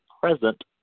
present